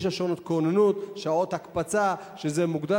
יש לו שעות כוננות, שעות הקפצה, שזה גם,